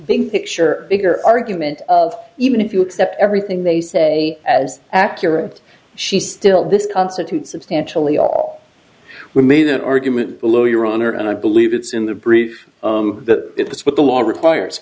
big picture bigger argument even if you accept everything they say as accurate she still this constitutes substantially all we made an argument below your honor and i believe it's in the brief that it's what the law requires